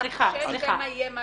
חלקם מהותיות,